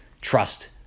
trust